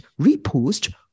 repost